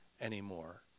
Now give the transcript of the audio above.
anymore